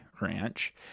ranch